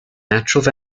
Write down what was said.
natural